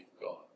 God